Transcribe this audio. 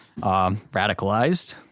radicalized